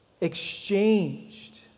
exchanged